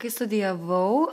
kai studijavau